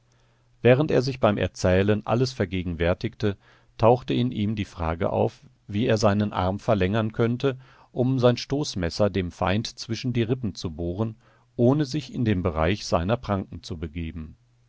während er sich beim erzählen alles vergegenwärtigte tauchte in ihm die frage auf wie er seinen arm verlängern könnte um sein stoßmesser dem feind zwischen die rippen zu bohren ohne sich in den bereich seiner pranken zu begeben